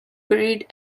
buried